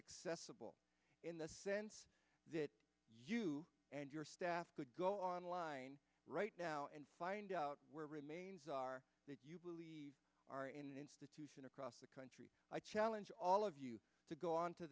accessible in the sense that you and your staff could go online right now and find out where remains are they are in an institution across the country i challenge all of you to go on to